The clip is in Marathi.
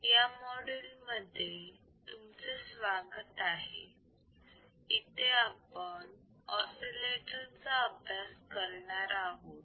या मॉड्यूल मध्ये तुमचे स्वागत आहे येथे आपण ऑसिलेटर चा अभ्यास करणार आहोत